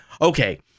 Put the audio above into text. Okay